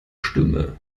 stimme